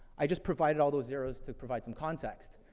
i just provided all those zeroes to provide some context.